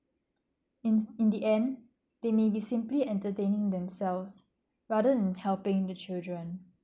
in in the end they maybe simply entertaining themselves rather than helping the children